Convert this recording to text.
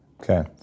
Okay